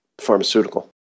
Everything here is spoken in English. pharmaceutical